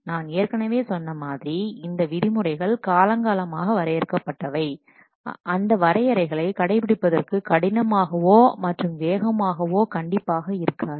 நான் ஏற்கனவே சொன்ன மாதிரி இந்த விதிமுறைகள் காலங்காலமாக வரையறுக்கப்பட்டவை அந்த வரையறைகள் கடைப்பிடிப்பதற்கு கடினமாகவோ மற்றும் வேகமாகவோ கண்டிப்பாக இருக்காது